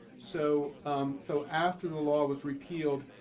so um so after the law was repealed,